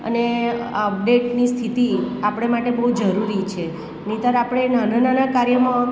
અને આ અપડેટની સ્થિતિ આપણે માટે બહુ જરૂરી છે નહિતર આપણે નાના નાના કાર્યમાં